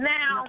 Now